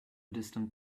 distant